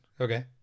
Okay